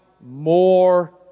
more